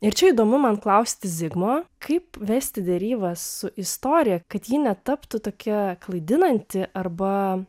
ir čia įdomu man klausti zigmo kaip vesti derybas su istorija kad ji netaptų tokia klaidinanti arba